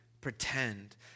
pretend